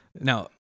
Now